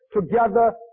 together